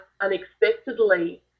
unexpectedly